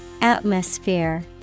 Atmosphere